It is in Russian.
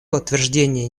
утверждения